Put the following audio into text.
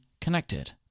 Connected